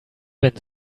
wenn